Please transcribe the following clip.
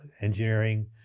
engineering